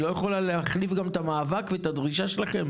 היא גם לא יכולה להחליף את המאבק ואת הדרישה שלכם